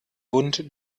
bund